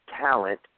talent